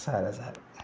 సరే సరే